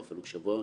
שבוע,